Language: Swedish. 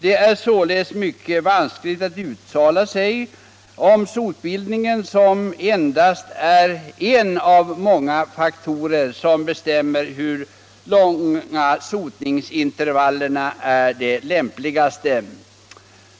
Det är således mycket vanskligt att uttala sig om sotbildningen, som endast är en av många faktorer som bestämmer hur långa sotningsintervaller som är de lämpligaste.